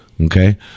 okay